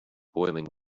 boiling